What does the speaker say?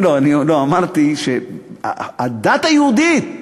אמרתי שהדת היהודית,